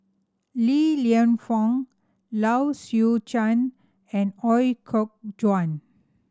Li Lienfung Low Swee Chen and Ooi Kok Chuen